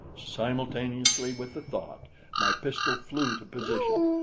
simultaneously with the thought my pistol flew to position,